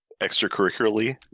extracurricularly